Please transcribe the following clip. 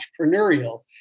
entrepreneurial